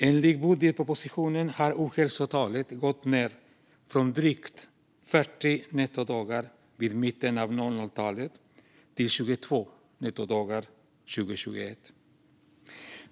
Enligt budgetpropositionen har ohälsotalet gått ned från drygt 40 nettodagar i mitten av 00-talet till 22 nettodagar år 2021.